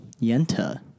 Yenta